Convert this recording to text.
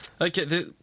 Okay